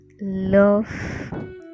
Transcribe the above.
love